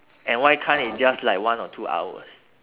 and why can't it just like one or two hours